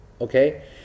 okay